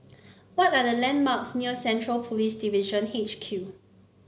what are the landmarks near Central Police Division H Q